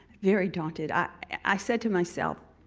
very daunted. i said to myself,